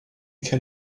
can